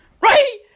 right